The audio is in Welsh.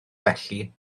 felly